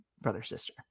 brother-sister